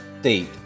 state